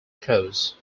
close